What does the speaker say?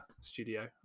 studio